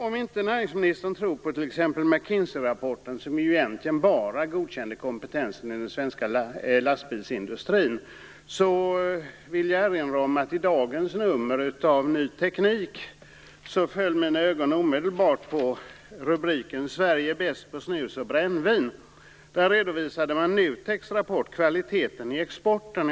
Om näringsministern inte tror på t.ex. Mac Kinsey-rapporten, som egentligen bara godkänner kompetensen i den svenska lastbilsindustrin, vill jag erinra om att i senaste numret av Ny Teknik föll min blick omedelbart på rubriken: "Sverige bäst på snus och brännvin". Där redovisas NUTEK:s rapport Kvaliteten i exporten.